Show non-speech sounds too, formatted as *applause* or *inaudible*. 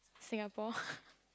Singapore *laughs*